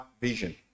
vision